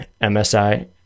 MSI